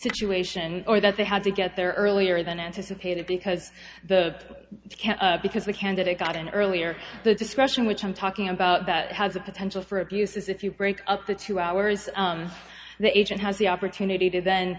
situation or that they had to get there earlier than anticipated because the can because the candidate got in early or the discretion which i'm talking about that has a potential for abuse is if you break up the two hours the agent has the opportunity to then